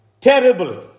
Terrible